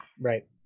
right